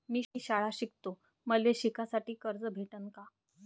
मी शाळा शिकतो, मले शिकासाठी कर्ज भेटन का?